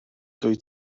dwyt